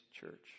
church